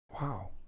Wow